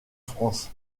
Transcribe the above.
france